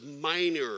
minor